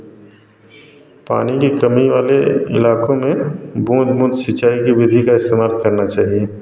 पानी की कमी वाले इलाकों में बूंद बूंद सिंचाई की विधी का इस्तेमाल करना चाहिए